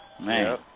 Man